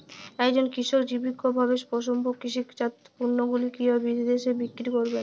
একজন কৃষক জৈবিকভাবে প্রস্তুত কৃষিজাত পণ্যগুলি কিভাবে বিদেশে বিক্রি করবেন?